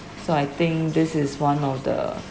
so I think this is one of the